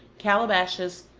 calabashes,